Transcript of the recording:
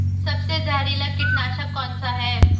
सबसे जहरीला कीटनाशक कौन सा है?